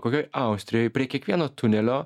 kokioj austrijoj prie kiekvieno tunelio